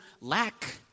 lack